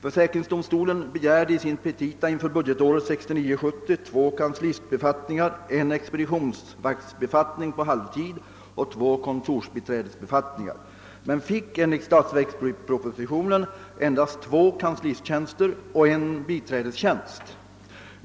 Försäkringsdomstolen begärde i sina petita för budgetåret 1969/70 två kanslistbefattningar, en expeditionsvaktsbefattning avseende halvtidstjänst och två kontorsbiträdesbefattningar, men i statsverkspropositionen föreslogs endast två kanslisttjänster och en biträdestjänst.